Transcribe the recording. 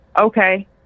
Okay